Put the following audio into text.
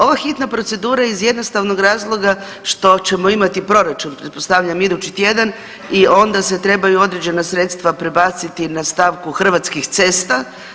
Ova hitna procedura je iz jednostavnog razloga što ćemo imati proračun, pretpostavljam idući tjedan i onda se trebaju određena sredstva prebaciti na stavku Hrvatskih cesta.